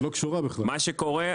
מה שקורה,